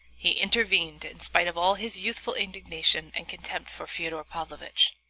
he intervened, in spite of all his youthful indignation and contempt for fyodor pavlovitch.